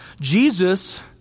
Jesus